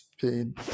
pain